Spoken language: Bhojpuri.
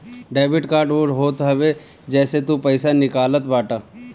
डेबिट कार्ड उ होत हवे जेसे तू पईसा निकालत बाटअ